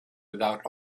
without